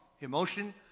emotion